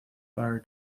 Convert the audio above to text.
bar